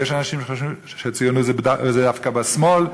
ויש אנשים שחושבים שציונות זה דווקא בשמאל,